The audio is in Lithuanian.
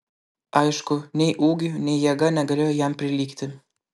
aišku nei ūgiu nei jėga negalėjo jam prilygti